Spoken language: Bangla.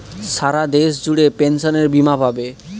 সারা দেশ জুড়ে পেনসনের বীমা পাবে